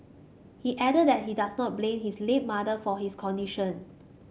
he added that he does not blame his late mother for his condition